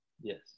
Yes